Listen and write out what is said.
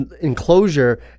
enclosure